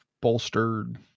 bolstered